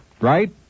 Right